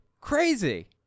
crazy